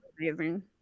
amazing